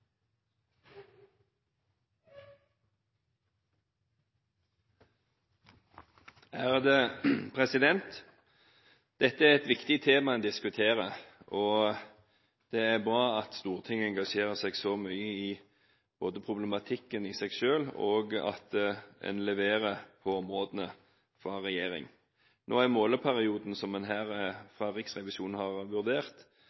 viktig tema en diskuterer. Det er bra at Stortinget engasjerer seg så mye i problematikken i seg selv, og at regjeringen leverer på områdene. Nå er måleperioden som